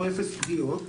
או אפס פגיעות,